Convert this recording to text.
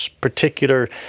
particular